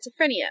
schizophrenia